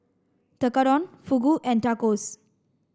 Tekkadon Fugu and Tacos